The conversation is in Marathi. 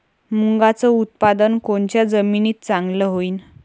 मुंगाचं उत्पादन कोनच्या जमीनीत चांगलं होईन?